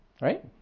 Right